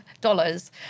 dollars